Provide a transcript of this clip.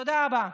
תודה רבה.